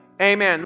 amen